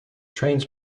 trains